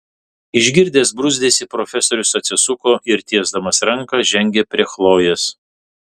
išgirdęs bruzdesį profesorius atsisuko ir tiesdamas ranką žengė prie chlojės